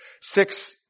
six